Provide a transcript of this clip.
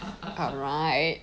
alright